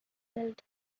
built